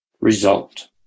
result